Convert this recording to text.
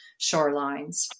shorelines